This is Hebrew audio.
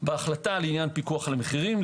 בהחלטה לעניין הפיקוח על המחירים,